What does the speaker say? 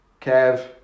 Kev